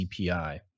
CPI